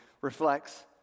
reflects